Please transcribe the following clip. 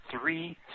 three